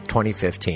2015